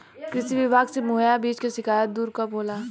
कृषि विभाग से मुहैया बीज के शिकायत दुर कब होला?